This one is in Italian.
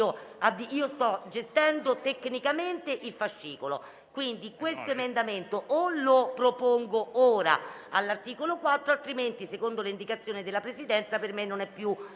io sto gestendo tecnicamente il fascicolo. Questo emendamento lo propongo ora all'articolo 4; altrimenti, secondo le indicazioni della Presidenza, per me non è più